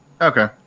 Okay